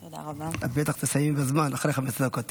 את בטח תסיימי בזמן, אחרי 15 דקות.